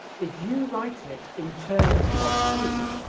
if you write it in terms of e,